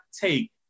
take